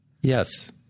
Yes